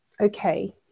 okay